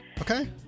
Okay